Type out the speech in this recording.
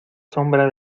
sombra